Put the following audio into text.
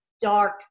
dark